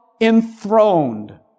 enthroned